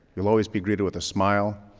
you'll always be greeted with a smile,